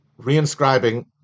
reinscribing